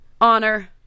honor